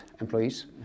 employees